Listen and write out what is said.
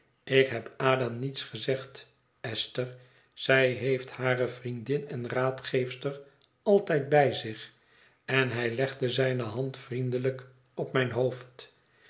ik heb ada niets gezegd esther zij heeft hare vriendin en raadgeefster altijd bij zich en hij legde zijne hand vriendelijk op mijn hoofd